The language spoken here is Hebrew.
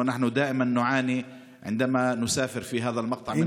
ואנחנו תמיד סובלים כאשר אנו נוסעים בקטע הזה